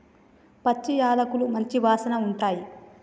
పచ్చి యాలకులు మంచి వాసన ఉంటాయి